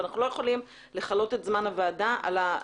אבל אנחנו לא יכולים לכלות את זמן הוועדה על זה.